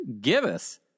giveth